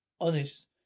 Honest